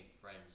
friends